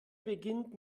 beginnt